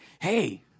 hey